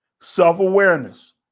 Self-awareness